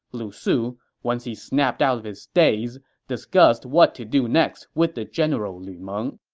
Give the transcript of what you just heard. lu su, once he snapped out of his daze, discussed what to do next with the general lu meng.